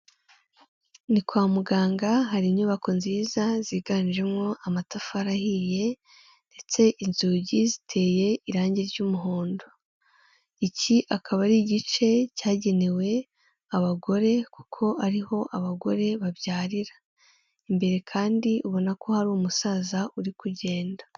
Ni kwa muganga, hari inyubako nziza ziganjemo amatafari ahiye, ndetse inzugi ziteye irangi ry'umuhondo. Iki akaba ari igice cyagenewe abagore kuko ari ho abagore babyarira. Imbere kandi ubona ko hari umusaza uri kugenda.